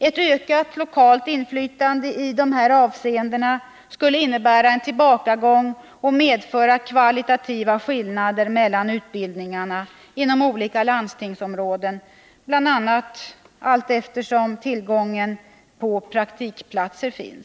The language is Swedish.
Ett ökat lokalt inflytande i dessa avseenden skulle innebära en tillbakagång och medföra kvalitativa skillnader mellan utbildningarna inom de olika landstingsområdena, bl.a. med hänsyn till tillgången på praktikplatser.